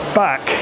back